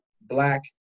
black